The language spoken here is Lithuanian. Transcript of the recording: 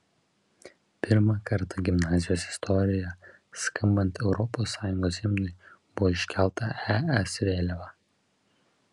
pirmą kartą gimnazijos istorijoje skambant europos sąjungos himnui buvo iškelta es vėliava